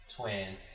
twin